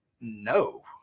no